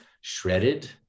shredded